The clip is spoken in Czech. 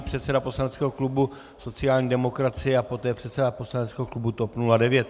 Předseda poslaneckého klubu sociální demokracie a poté předseda poslaneckého klubu TOP 09.